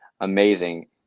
amazing